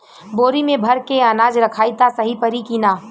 बोरी में भर के अनाज रखायी त सही परी की ना?